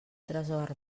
tresor